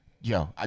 Yo